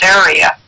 area